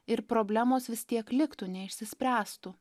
ir problemos vis tiek liktų neišsispręstų